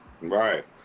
Right